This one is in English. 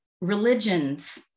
religions